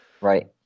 Right